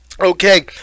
Okay